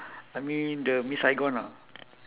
I mean the miss saigon ah